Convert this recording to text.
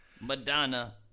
Madonna